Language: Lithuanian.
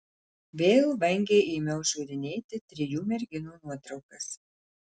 vėl vangiai ėmiau žiūrinėti trijų merginų nuotraukas